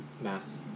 math